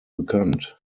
bekannt